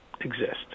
exist